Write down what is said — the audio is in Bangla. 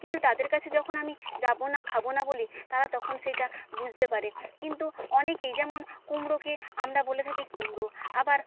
কিন্তু তাদের কাছে যখন আমি যাব না খাব না বলি তারা তখন সেইটা বুঝতে পারে কিন্তু অনেকেই যেমন কুমড়োকে আমরা বলে থাকি কুমড়ো আবার